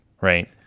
Right